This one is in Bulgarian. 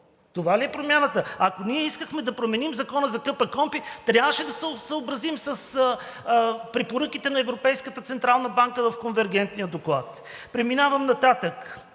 Това ли е промяната? Ако ние искахме да променим Закона за КПКОНПИ, трябваше да се съобразим с препоръките на Европейската централна банка в конвергентния доклад. Преминавам нататък,